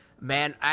man